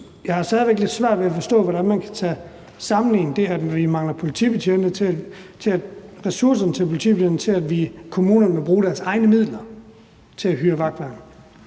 jeg har stadig væk lidt svært ved at forstå, hvordan man kan sammenligne det, at vi mangler ressourcer til politibetjente, med, at kommunerne vil bruge deres egne midler til at hyre vagterne.